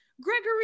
Gregory